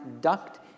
duct